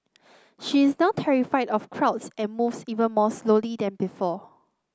she is now terrified of crowds and moves even more slowly than before